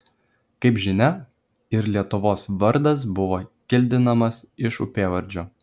kaip žinia ir lietuvos vardas buvo kildinamas iš upėvardžio